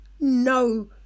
no